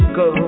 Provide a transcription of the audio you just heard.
go